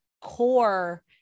core